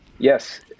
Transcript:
Yes